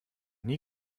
nie